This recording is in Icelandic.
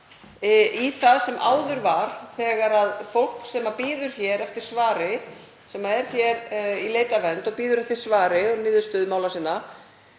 í það sem áður var til þess að fólk sem bíður hér eftir svari, sem er hér í leit að vernd og bíður eftir svari og niðurstöðu mála sinna,